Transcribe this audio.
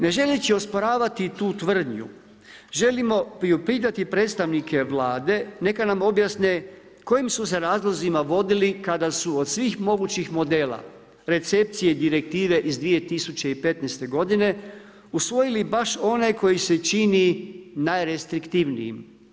Ne želeći osporavati tu tvrdnju želimo priupitati predstavnike Vlade neka nam objasne kojim su se razlozima vodili kada su od svih mogućih modela recepcije direktive iz 2015. godine usvojili baš one koji se čini najrestriktivnijim.